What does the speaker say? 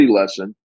lesson